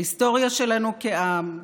ההיסטוריה שלנו כעם,